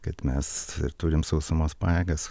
kad mes turim sausumos pajėgas